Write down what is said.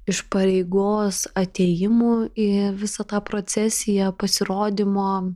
iš pareigos atėjimų į visą tą procesiją pasirodymo